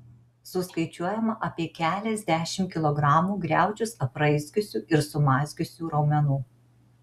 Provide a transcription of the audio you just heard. suskaičiuojama apie keliasdešimt kilogramų griaučius apraizgiusių ir sumazgiusių raumenų